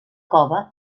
cova